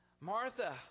Martha